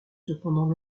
cependant